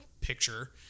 picture